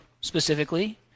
specifically